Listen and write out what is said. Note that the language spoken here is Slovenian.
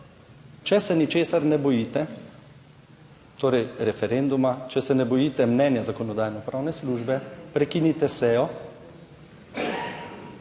če se ničesar ne bojite, torej referenduma, če se ne bojite mnenja Zakonodajno-pravne službe, prekinite sejo.